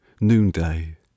noonday